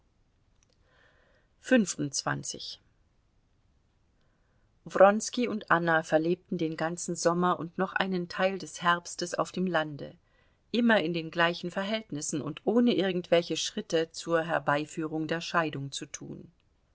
wronski und anna verlebten den ganzen sommer und noch einen teil des herbstes auf dem lande immer in den gleichen verhältnissen und ohne irgendwelche schritte zur herbeiführung der scheidung zu tun